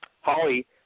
Holly